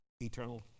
eternal